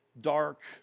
dark